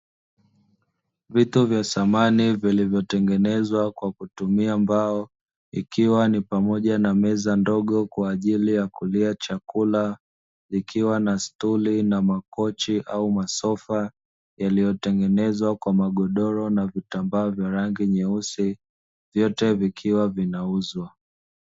Vitu vya thamani vilivyotengenezwa kwa kutumia mbao ikiwa ni pamoja na meza ndogo kwa ajili ya kulia chakula ikiwa na sturi na makochi, masofa yaliyotengenezwa kwa magodoro na vitambaa vya rangi nyeusi vyote vikiwa vinauzwa.